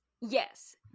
Yes